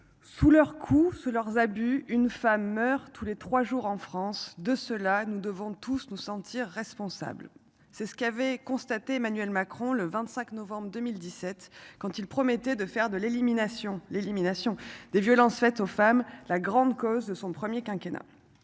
Sous leurs coups sous leurs abus une femme meurt tous les 3 jours en France. De cela, nous devons tous nous sentir responsables. C'est ce qu'avait constaté Emmanuel Macron le 25 novembre 2017 quand il promettait de faire de l'élimination, l'élimination des violences faites aux femmes la grande cause de son premier quinquennat.